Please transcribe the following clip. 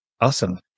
awesome